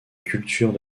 culture